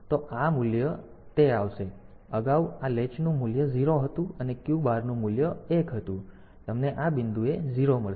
તેથી આ મૂલ્ય આવશે તેથી અગાઉ આ લેચનું મૂલ્ય 0 હતું અને Q બારનું મૂલ્ય 1 હતું તેથી તમને આ બિંદુએ 0 મળશે